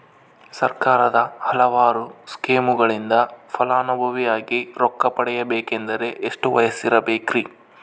ಸರ್ಕಾರದ ಹಲವಾರು ಸ್ಕೇಮುಗಳಿಂದ ಫಲಾನುಭವಿಯಾಗಿ ರೊಕ್ಕ ಪಡಕೊಬೇಕಂದರೆ ಎಷ್ಟು ವಯಸ್ಸಿರಬೇಕ್ರಿ?